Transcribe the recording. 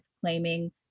claiming